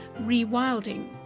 rewilding